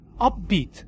upbeat